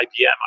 IBM